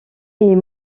est